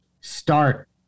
start